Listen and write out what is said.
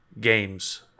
Games